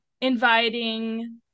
inviting